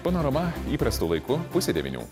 panorama įprastu laiku pusė devynių